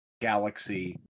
galaxy